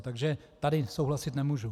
Takže tady souhlasit nemůžu.